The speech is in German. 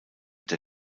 der